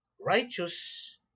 righteous